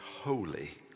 holy